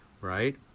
right